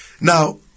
Now